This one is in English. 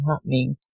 happening